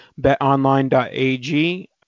betonline.ag